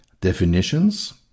definitions